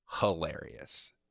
hilarious